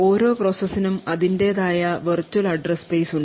ഓരോ പ്രോസസ്സിനും അതിന്റേതായ വിർച്വൽ അഡ്രസ് സ്പേസ് ഉണ്ട്